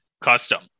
custom